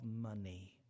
money